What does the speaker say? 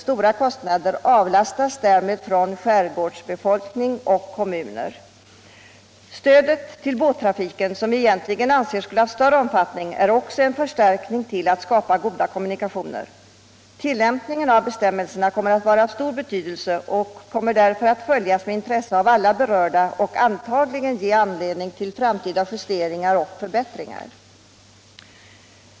Stora kostnader avlastas härmed skärgårdsbefolkning och kommuner. Stödet till båttrafiken — som vi egentligen anser skulle ha haft större omfattning — bidrar också till att skapa goda kommunikationer. Tillämpningen av bestämmelserna kommer att vara av stor betydelse och kommer därför att följas med intresse av alla berörda och antagligen ge anledning till framtida justeringar och förbättringar.